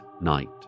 night